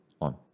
on